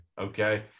okay